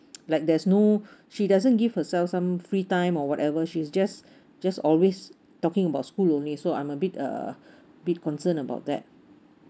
like there's no she doesn't give herself some free time or whatever she's just just always talking about school only so I'm a bit uh bit concern about that